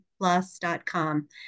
plus.com